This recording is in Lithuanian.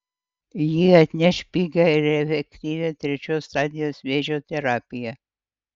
ji atneš pigią ir efektyvią trečios stadijos vėžio terapiją